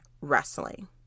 wrestling